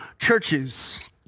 churches